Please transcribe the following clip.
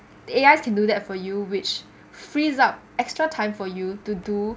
A_I can do that for you which frees up extra time for you to do